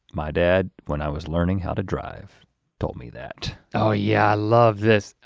my dad, when i was learning how to drive told me that. oh yeah. i love this,